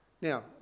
Now